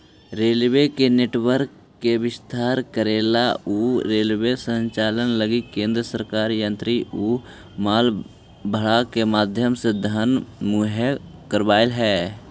railway के network के विस्तार करेला अउ रेलवे संचालन लगी केंद्र सरकार यात्री अउ माल भाड़ा के माध्यम से धन मुहैया कराव हई